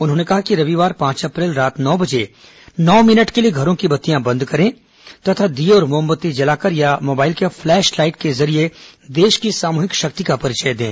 उन्होंने कहा कि रविवार पांच अप्रैल रात नौ बजे नौ मिनट के लिए घरों की बत्तियां बंद करे तथा दीये और मोमबत्ती जलाकर अथवा मोबाइल के फ्लैश लाइट के जरिए देश की सामूहिक शक्ति का परिचय दें